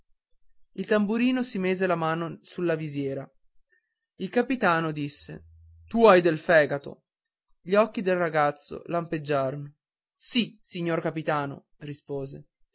il tamburino si mise la mano alla visiera il capitano disse tu hai del fegato gli occhi del ragazzo lampeggiarono sì signor capitano rispose